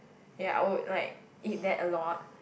ya I would like eat that a lot